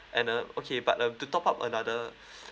and uh okay but uh to top up another